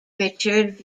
richard